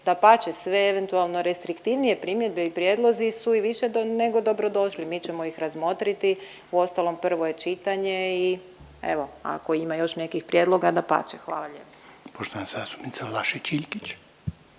Dapače, sve eventualno restriktivnije primjedbe i prijedlozi su i više nego dobrodošli, mi ćemo ih razmotriti, uostalom prvo je čitanje i evo ako ima još nekih prijedloga dapače. Hvala lijepo. **Reiner, Željko